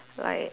like